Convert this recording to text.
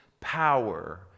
power